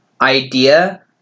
idea